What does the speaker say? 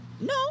No